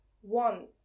one